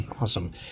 Awesome